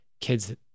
kids